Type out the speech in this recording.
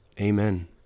Amen